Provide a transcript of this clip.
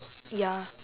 ya